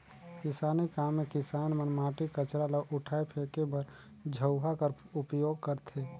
किसानी काम मे किसान मन माटी, कचरा ल उठाए फेके बर झउहा कर उपियोग करथे